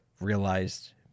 realized